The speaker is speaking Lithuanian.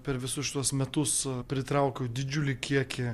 per visus šituos metus pritraukiau didžiulį kiekį